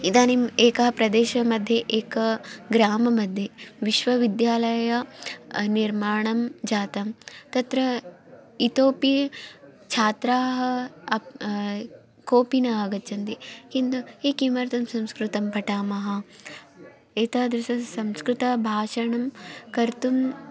इदानीम् एकः प्रदेशमध्ये एकः ग्राममध्ये विश्वविद्यालयः निर्माणं जातं तत्र इतोपि छात्राः अपि केपि न आगच्छन्ति किन्तु ये किमर्थं संस्कृतं पठामः एतादृशसंस्कृतभाषणं कर्तुं